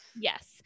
Yes